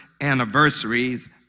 anniversaries